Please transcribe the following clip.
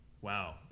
Wow